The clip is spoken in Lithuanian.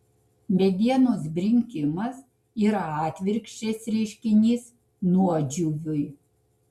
medienos brinkimas yra atvirkščias reiškinys nuodžiūviui